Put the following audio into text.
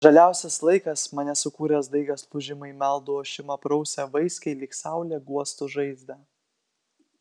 žaliausias laikas mane sukūręs daigas lūžimai meldų ošimą prausia vaiskiai lyg saulė guostų žaizdą